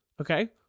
Okay